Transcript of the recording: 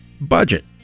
budget